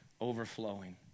overflowing